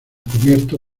cubierto